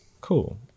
cool